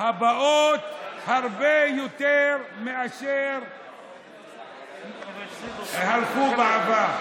הבאות הן הרבה יותר מאשר אלו שהלכו, שעברו.